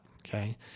Okay